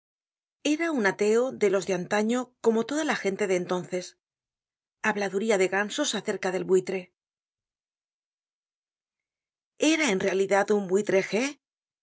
era un ateo de los de antaño como toda la gente de entonces habladuría de gansos acerca del buitre era en realidad un